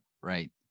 Right